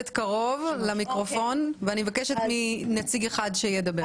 קרוב למיקרופון ואני מבקשת מנציג אחד לדבר.